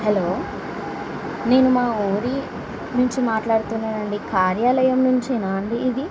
hello నేను మా ఊరి నుంచి మాట్లాడుతున్నాను అండి కార్యాలయం నుంచేనా అండి ఇది